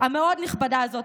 המאוד-נכבדה הזאת,